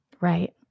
Right